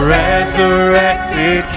resurrected